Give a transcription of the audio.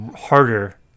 harder